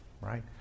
right